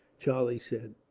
charlie said.